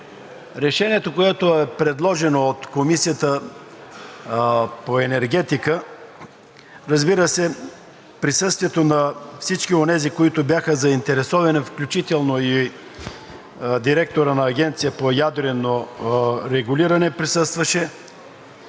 решението, което е предложено от Комисията по енергетика, разбира се, присъствието на всички онези, които бяха заинтересовани, включително и директорът на Агенцията за ядрено регулиране присъстваше,